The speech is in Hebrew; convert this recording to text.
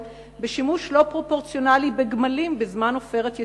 בשימוש לא פרופורציונלי בגמלים בזמן "עופרת יצוקה".